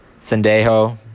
Sendejo